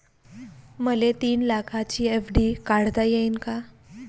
मले तीन लाखाची एफ.डी काढता येईन का?